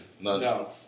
No